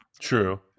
True